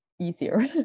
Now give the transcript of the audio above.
Easier